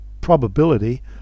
probability